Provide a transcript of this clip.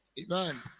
amen